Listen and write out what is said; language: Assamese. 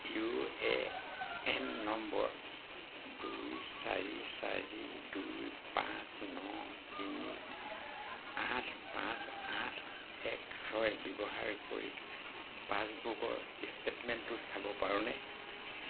ইউ এ এন নম্বৰ দুই চাৰি চাৰি দুই পাঁচ ন তিনি আঠ পাঁচ আঠ এক ছয় ব্যৱহাৰ কৰি পাছবুকৰ ষ্টেটমেণ্টটো চাব পাৰোঁনে